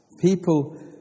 People